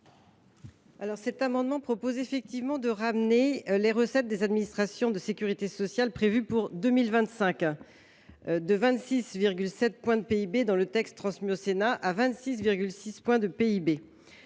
? Cet amendement tend à ramener les recettes des administrations de sécurité sociale prévues pour 2025 de 26,7 points de PIB, dans le texte transmis au Sénat, à 26,6 points de PIB.